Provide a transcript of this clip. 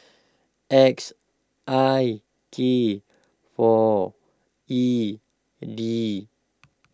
X I K four E D